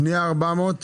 פנייה 400,